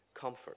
comfort